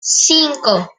cinco